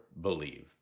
believe